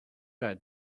add